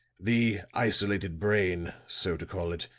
the isolated brain, so to call it,